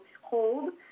hold